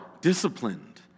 disciplined